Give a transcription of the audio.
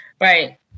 right